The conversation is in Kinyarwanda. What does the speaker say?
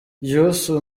youssou